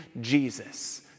Jesus